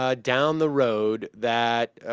ah down the road that ah.